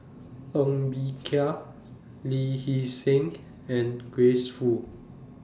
Ng Bee Kia Lee Hee Seng and Grace Fu